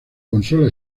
consola